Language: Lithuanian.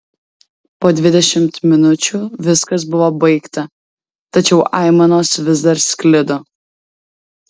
po dvidešimt minučių viskas buvo baigta tačiau aimanos vis dar sklido